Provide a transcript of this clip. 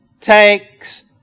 takes